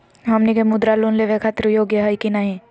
हमनी के मुद्रा लोन लेवे खातीर योग्य हई की नही?